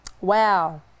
Wow